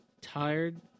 tired